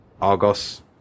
Argos